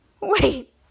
wait